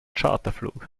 charterflug